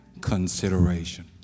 consideration